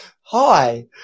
Hi